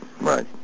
right